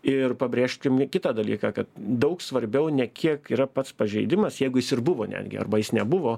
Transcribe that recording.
ir pabrėžkim kitą dalyką kad daug svarbiau ne kiek yra pats pažeidimas jeigu jis ir buvo netgi arba jis nebuvo